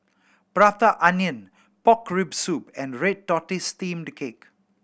Prata Onion pork rib soup and red tortoise steamed cake